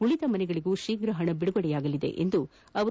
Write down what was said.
ಉಳದ ಮನೆಗಳಗೂ ಶೀಘ್ರ ಹಣ ಬಿಡುಗಡಯಾಗಲಿದೆ ಎಂದರು